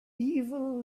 evil